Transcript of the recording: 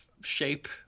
shape